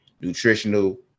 nutritional